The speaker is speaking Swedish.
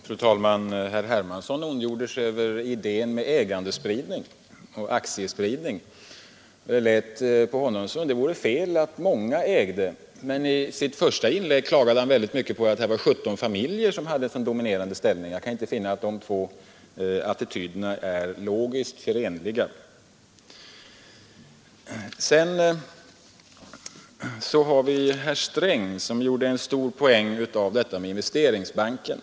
Fru talman! Herr Hermansson ondgjorde sig över idén med ägandespridning och aktiespridning. Det lät på honom som om det vore fel att många ägde, men i sitt första inlägg klagade han på att det var 17 familjer som hade en sådan dominerande ställning. Jag kan inte finna att de två attityderna är logiskt förenliga. Sedan har vi hört herr Sträng, som gjorde en stor poäng av detta med Investeringsbanken.